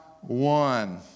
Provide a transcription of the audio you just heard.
one